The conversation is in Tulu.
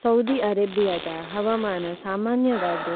സോധി അരേബ്ബിയാദ ഹവാമാന സാമാണിയവാരദ